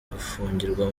gufungirwa